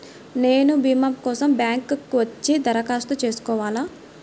నేను భీమా కోసం బ్యాంక్కి వచ్చి దరఖాస్తు చేసుకోవాలా?